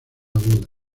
aguda